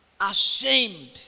ashamed